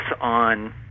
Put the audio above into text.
on